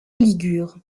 ligures